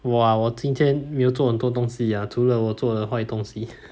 !wah! 我今天没有做很多东西 ah 除了我做的坏东西